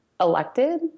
elected